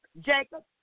Jacob